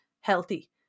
healthy